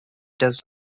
does